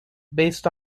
based